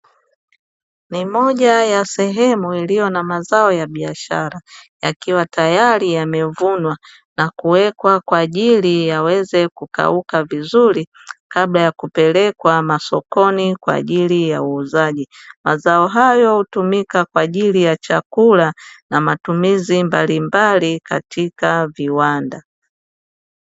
Ni moja ya sehemu iliyo na mazao ya biashara, yakiwa tayari yamevunwa na kuwekwa kwa ajili yaweze kukauka vizuri kabla ya kupelekwa masokoni kwa ajili ya uuzaji. Mazao hayo hutumika kwa ajili ya chakula na matumizi mbalimbali katika viwanda.